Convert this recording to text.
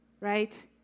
right